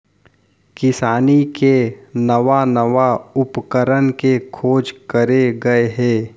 किसानी के नवा नवा उपकरन के खोज करे गए हे